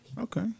Okay